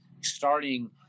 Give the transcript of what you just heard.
starting